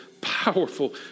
powerful